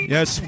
Yes